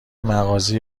مغازه